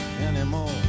anymore